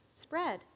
spread